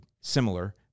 similar